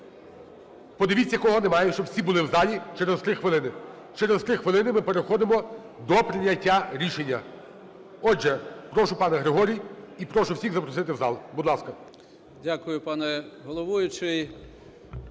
Подивіться, кого немає, щоб всі були в залі через 3 хвилини. Через 3 хвилини ми переходимо до прийняття рішення. Отже, прошу, пане Григорій, і прошу всіх запросити в зал. Будь ласка. 12:49:45 НЕМИРЯ Г.М.